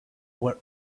were